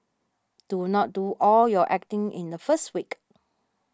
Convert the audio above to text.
do not do all your acting in the first week